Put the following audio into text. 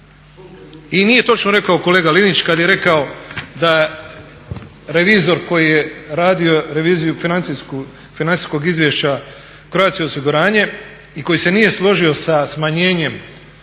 I nije točno rekao kolega Linić kad je rekao da revizor koji je radio reviziju financijskog izvješća Croatia osiguranje i koji se nije složio sa smanjenjem